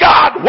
God